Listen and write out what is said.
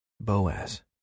Boaz